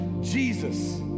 Jesus